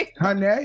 honey